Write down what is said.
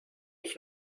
ich